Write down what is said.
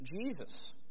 Jesus